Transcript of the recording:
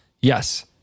Yes